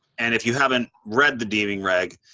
and if you haven't read the deeming reg,